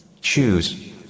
Choose